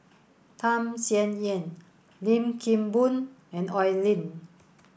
Tham Sien Yen Lim Kim Boon and Oi Lin